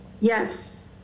Yes